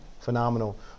phenomenal